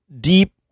deep